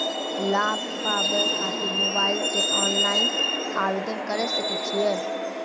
लाभ पाबय खातिर मोबाइल से ऑनलाइन आवेदन करें सकय छियै?